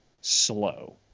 slow